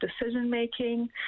decision-making